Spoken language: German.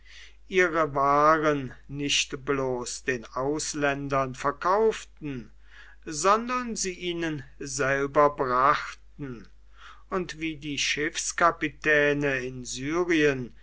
ihre waren nicht bloß den ausländern verkauften sondern sie ihnen selber brachten und wie die schiffskapitäne in syrien